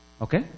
okay